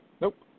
Nope